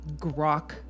grok